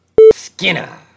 Skinner